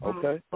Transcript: Okay